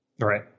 Right